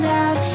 out